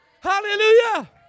Hallelujah